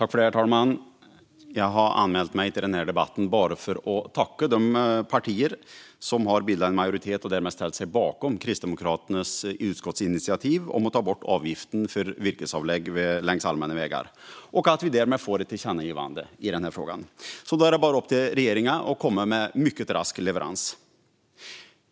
Herr talman! Jag har anmält mig till denna debatt bara för att tacka de partier som har bildat en majoritet och därmed ställt sig bakom Kristdemokraternas utskottsinitiativ om att ta bort avgiften för virkesavlägg längs allmänna vägar. Därmed får vi ett tillkännagivande i denna fråga - nu är det bara upp till regeringen att komma med mycket rask leverans.